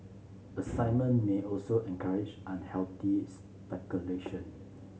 assignment may also encourage unhealthy speculation